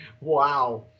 Wow